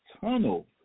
tunnel